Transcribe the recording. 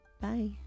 Bye